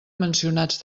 mencionats